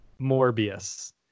Morbius